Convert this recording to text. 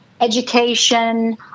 education